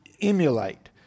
emulate